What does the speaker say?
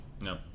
No